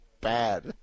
bad